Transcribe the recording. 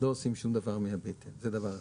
אנחנו לא עושים שום דבר מהבטן, זה דבר אחד.